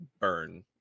burn